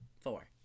four